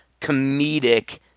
comedic